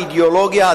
האידיאולוגיה,